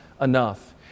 enough